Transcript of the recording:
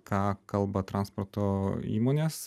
ką kalba transporto įmonės